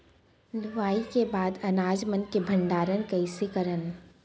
लुवाई के बाद अनाज मन के भंडारण कईसे करन?